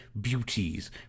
beauties